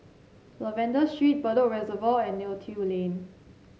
Lavender Street Bedok Reservoir and Neo Tiew Lane